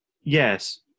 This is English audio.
Yes